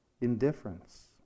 indifference